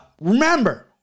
Remember